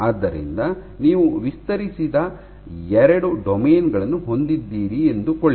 ಆದ್ದರಿಂದ ನೀವು ವಿಸ್ತರಿಸದ ಎರಡು ಡೊಮೇನ್ ಗಳನ್ನು ಹೊಂದಿದ್ದೀರಿ ಎಂದುಕೊಳ್ಳಿ